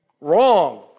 Wrong